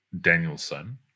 Danielson